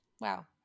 wow